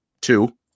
two